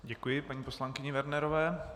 Děkuji paní poslankyni Wernerové.